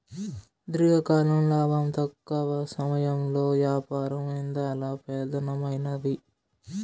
దీర్ఘకాలం లాబం, తక్కవ సమయంలో యాపారం ఇందల పెదానమైనవి